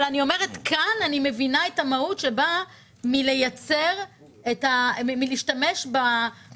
אבל אני אומרת: כאן אני מבינה את המהות שבאה מלהשתמש במכונות,